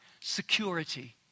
Security